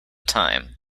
time